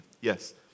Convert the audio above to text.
Yes